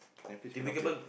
Netflix cannot play